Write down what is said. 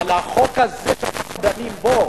אבל החוק הזה שאנחנו דנים בו,